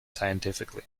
scientifically